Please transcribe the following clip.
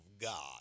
god